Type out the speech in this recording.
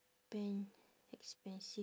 pant expensive